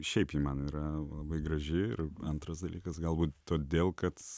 šiaip ji man yra labai graži ir antras dalykas galbūt todėl kad